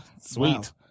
Sweet